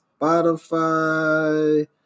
Spotify